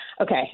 Okay